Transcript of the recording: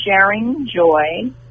SharingJoy